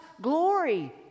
glory